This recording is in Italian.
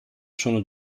sono